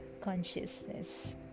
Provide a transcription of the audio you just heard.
consciousness